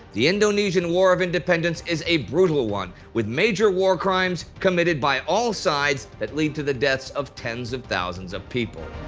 the indonesian war of independence is a brutal one, with major war crimes committed by all sides. that lead to the death of tens of thousands of people.